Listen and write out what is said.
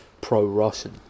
pro-Russian